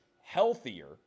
healthier